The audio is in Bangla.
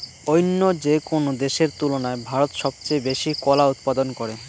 অইন্য যেকোনো দেশের তুলনায় ভারত সবচেয়ে বেশি কলা উৎপাদন করে